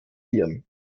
hirn